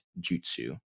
jutsu